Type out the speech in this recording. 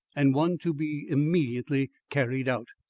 and one to be immediately carried out.